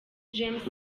james